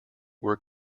were